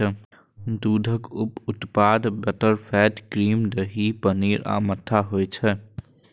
दूधक उप उत्पाद बटरफैट, क्रीम, दही, पनीर आ मट्ठा होइ छै